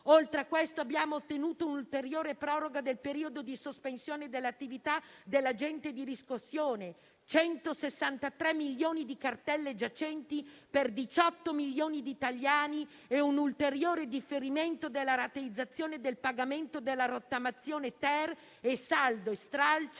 Oltre a questo, abbiamo ottenuto un'ulteriore proroga del periodo di sospensione dell'attività dell'agente di riscossione: 163 milioni di cartelle giacenti per 18 milioni di italiani e un ulteriore differimento della rateizzazione del pagamento della rottamazione-*ter* e saldo e stralcio